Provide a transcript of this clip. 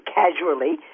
casually